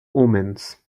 omens